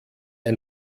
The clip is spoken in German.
ein